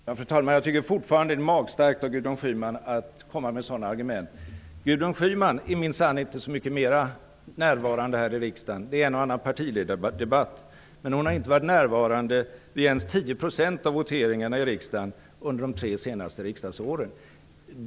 Fru talman! Jag tycker fortfarande att det är magstarkt av Gudrun Schyman att komma med sådana argument. Gudrun Schyman är minsann inte så mycket mer närvarande här i riksdagen. Det är vid en och annan partiledardebatt. Men hon har inte varit närvarande vid ens 10 % av voteringarna i riksdagen under de tre senaste riksdagsåren.